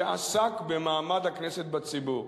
שעסק במעמד הכנסת בציבור.